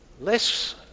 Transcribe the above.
less